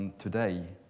today.